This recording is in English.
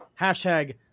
hashtag